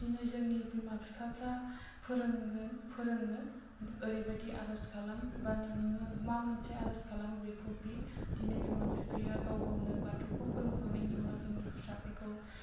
जोंनि बिमा बिफाफ्रा फोरोंगोन फोरोङो ओरैबादि आर'ज खालाम बा नोङो मा मोनसे आर'ज खालामो बेखौ बि दिनै बिमा बिफाया गाव गावनो बाथौखौ खुलुमखांनायनि उनाव जोंनि फिसाफोरखौ